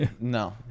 no